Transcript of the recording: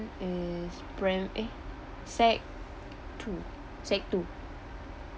mm prim~ eh sec two sec two